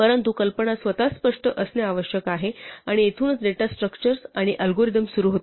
परंतु कल्पना स्वतःच स्पष्ट असणे आवश्यक आहे आणि येथूनच डेटा स्ट्रक्चर्स आणि अल्गोरिदम सुरू होते